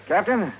Captain